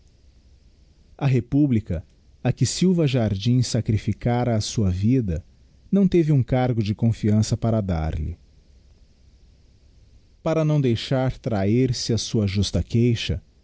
a republica a que silva jardim sacrificara a sua vida não teve um cargo de confiança para dar-lhe para não deixar trahir se a sua justa queixa